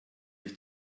ich